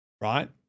Right